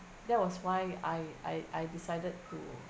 that was why I I I decided to